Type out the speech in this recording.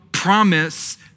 promise